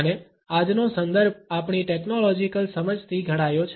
અને આજનો સંદર્ભ આપણી ટેકનોલોજીકલ સમજથી ઘડાયો છે